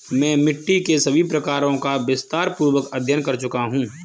मैं मिट्टी के सभी प्रकारों का विस्तारपूर्वक अध्ययन कर चुका हूं